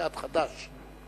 סיעת חד"ש.